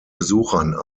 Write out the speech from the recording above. besuchern